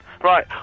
Right